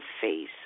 face